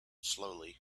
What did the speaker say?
slowly